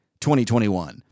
2021